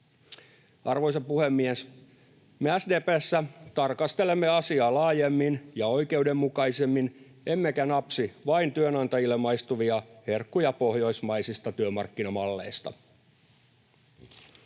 Arvoisa puhemies! Me SDP:ssä tarkastelemme asiaa laajemmin ja oikeudenmukaisemmin emmekä napsi vain työnantajille maistuvia herkkuja pohjoismaisista työmarkkinamalleista.